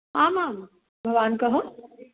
आमां भवान् कः